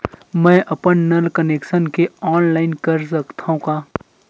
मैं अपन नल कनेक्शन के ऑनलाइन कर सकथव का?